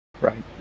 Right